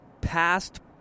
past